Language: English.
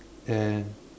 and